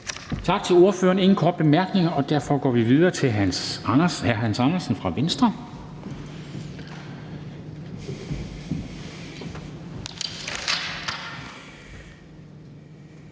Tak til ordføreren. Der er ingen korte bemærkninger, og derfor går vi videre til hr. Hans Andersen fra Venstre.